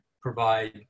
provide